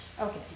Okay